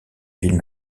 ville